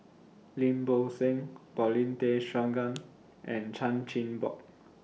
Lim Bo Seng Paulin Tay Straughan and Chan Chin Bock